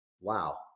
wow